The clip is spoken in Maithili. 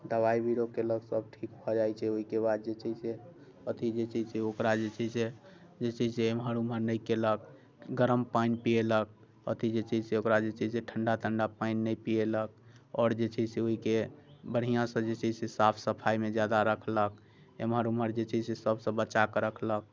दवाइ बीरो कयलक सभ ठीक भऽ जाइत छै ओहिके बाद जे छै से अथि जे छै से ओकरा जे छै से जे छै से एम्हर ओम्हर नहि कयलक गरम पानि पियेलक अथि जे छै से ओकरा जे छै से ठण्डा तण्डा पानि नहि पिएलक आओर जे छै से ओहिके बढ़िआँ से जे छै से साफ सफाइमे जादा रखलक एम्हर ओम्हर जे छै से सभ से बचाके रखलक